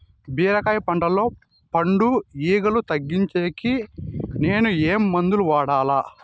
బీరకాయ పంటల్లో పండు ఈగలు తగ్గించేకి నేను ఏమి మందులు వాడాలా?